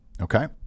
Okay